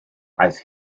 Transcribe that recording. aeth